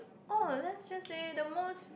oh let's just say the most